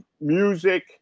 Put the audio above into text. music